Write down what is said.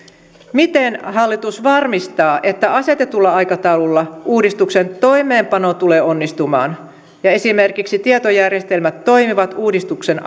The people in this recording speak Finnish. miten hallitus varmistaa että asetetulla aikataululla uudistuksen toimeenpano tulee onnistumaan ja esimerkiksi tietojärjestelmät toimivat uudistuksen